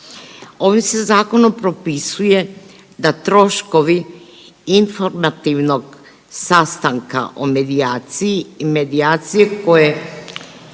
Ovim se zakonom propisuje da troškovi informativnog sastanka o medijaciji i medijaciji koje,